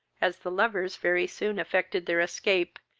as the lovers very soon effected their escape,